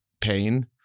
pain